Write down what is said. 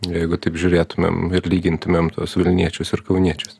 jeigu taip žiūrėtumėm ir lygintumėm tuos vilniečius ir kauniečius